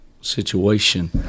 situation